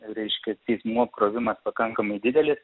reiškia teismų apkrovimas pakankamai didelis